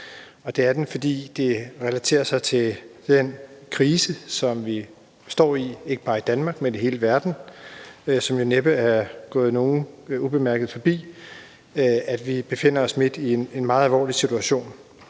hastelovforslag, fordi det relaterer sig til den krise, som vi står i ikke bare i Danmark, men i hele verden, og det er jo næppe gået nogen ubemærket forbi, at vi befinder os midt i en meget alvorlig situation.